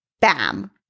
bam